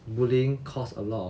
bullying caused a lot of